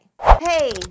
Hey